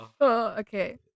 Okay